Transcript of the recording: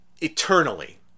eternally